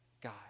God